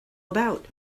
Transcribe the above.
about